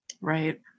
Right